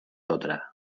otra